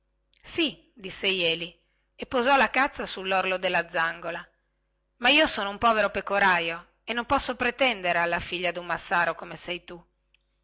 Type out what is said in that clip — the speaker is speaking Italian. sì disse jeli e posò la cazza sullorlo della zangola ma io sono un povero pecoraio e non posso pretendere alla figlia di un massaro come sei tu